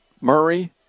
Murray